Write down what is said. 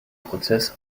prozess